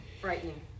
frightening